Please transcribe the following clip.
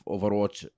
Overwatch